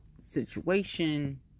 Situation